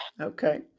okay